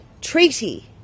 treaty